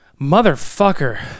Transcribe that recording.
Motherfucker